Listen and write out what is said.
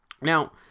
Now